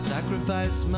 Sacrifice